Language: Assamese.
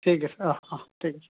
ঠিক আছে অহ্ অহ্ ঠিক আছে